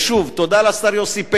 ושוב, תודה לשר יוסי פלד,